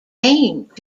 aimed